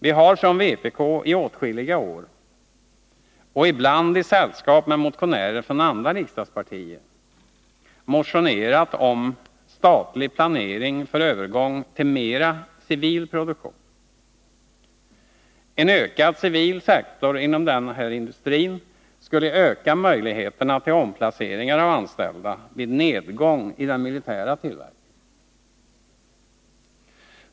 Vi har från vpk i åtskilliga år — ibland i sällskap med motionärer från andra riksdagspartier — motionerat om statlig planering för övergång till mer civil produktion. En ökad civil sektor inom denna industri skulle öka möjligheterna till omplaceringar av anställda vid nedgång i den militära tillverkningen.